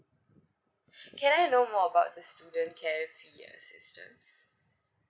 can I know how about the student care fee assistance